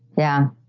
yeah.